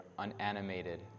unanimated